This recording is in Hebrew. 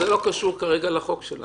זה לא קשור כרגע לחוק שלנו,